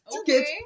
Okay